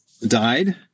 died